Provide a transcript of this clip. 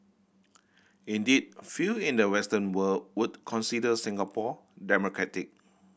indeed few in the Western world would consider Singapore democratic